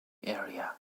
area